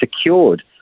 secured